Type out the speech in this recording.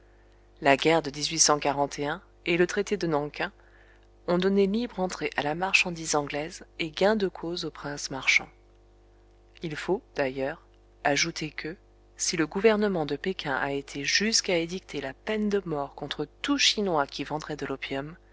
la guerre de et le traité de nan king ont donné libre entrée à la marchandise anglaise et gain de cause aux princes marchands il faut d'ailleurs ajouter que si le gouvernement de péking a été jusqu'à édicter la peine de mort contre tout chinois qui vendrait de l'opium